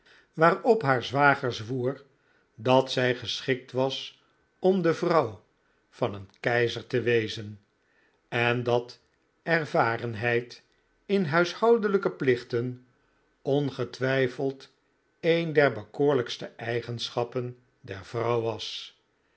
waarop haar zwager zwoer dat zij geschikt was om de vrouw van een keizer te wezen en dat ervarenheid in huishoudelijke plichten ongetwijfeld een der bekoorlijkste eigenschappen der vrouw was